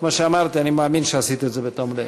כמו שאמרתי, אני מאמין שעשית את זה בתום לב.